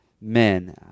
men